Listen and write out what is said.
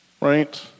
right